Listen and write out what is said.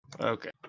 Okay